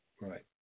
right